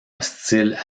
hostiles